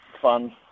fun